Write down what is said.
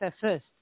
first